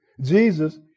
Jesus